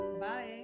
Bye